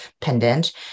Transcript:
pendant